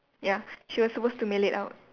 ya she was supposed to mail it out